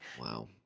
Wow